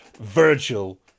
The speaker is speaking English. Virgil